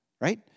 right